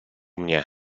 mnie